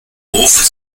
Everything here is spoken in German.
hof